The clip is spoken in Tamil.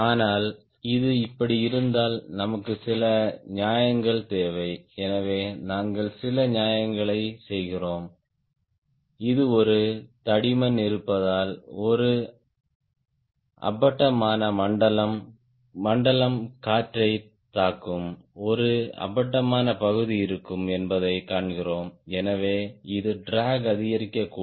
ஆனால் இது இப்படி இருந்தால் நமக்கு சில நியாயங்கள் தேவை எனவே நாங்கள் சில நியாயங்களைச் செய்கிறோம் இது ஒரு தடிமன் இருப்பதால் ஒரு அப்பட்டமான மண்டலம் காற்றைத் தாக்கும் ஒரு அப்பட்டமான பகுதி இருக்கும் என்பதைக் காண்கிறோம் எனவே இது ட்ராக் அதிகரிக்கக்கூடும்